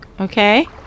Okay